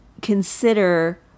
consider